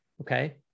Okay